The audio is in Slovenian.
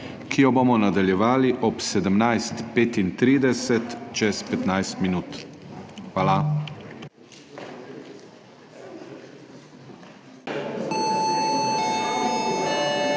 ki jo bomo nadaljevali ob 17.35, čez 15 min. Hvala.